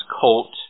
colt